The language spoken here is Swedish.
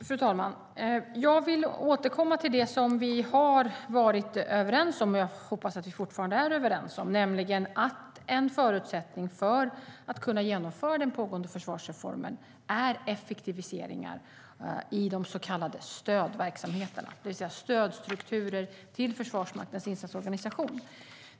Fru talman! Jag vill återkomma till det som vi har varit överens om, och jag hoppas att vi fortfarande är överens om det, nämligen att en förutsättning för att kunna genomföra den pågående försvarsreformen är effektiviseringar i de så kallade stödverksamheterna, det vill säga stödstrukturer för Försvarsmaktens insatsorganisation.